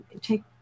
take